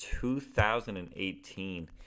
2018